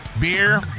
beer